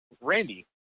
Randy